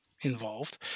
involved